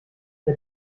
der